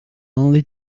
only